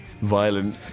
violent